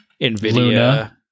NVIDIA